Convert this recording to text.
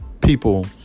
people